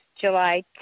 july